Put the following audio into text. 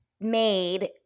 made